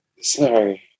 Sorry